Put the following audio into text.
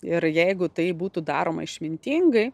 ir jeigu tai būtų daroma išmintingai